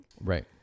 Right